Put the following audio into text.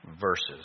verses